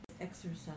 exercise